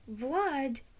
Vlad